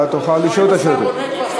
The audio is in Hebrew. תוכל לשאול את השאלות.